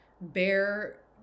bear